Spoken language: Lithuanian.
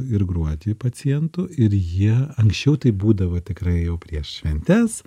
ir gruodį pacientų ir jie anksčiau tai būdavo tikrai jau prieš šventes